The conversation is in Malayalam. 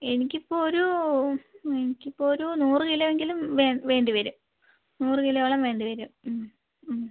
എനിക്കിപ്പോൾ ഒരു എനിക്കിപ്പോൾ ഒരു നൂറ് കിലോ എങ്കിലും വേണ്ടി വരും നൂറ് കിലോയോളം വേണ്ടി വരും ഉം ഉം